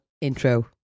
Intro